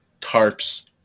tarps